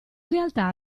realtà